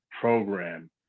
program